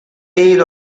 ido